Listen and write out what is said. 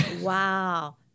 Wow